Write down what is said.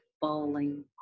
bowling